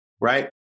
right